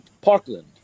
Parkland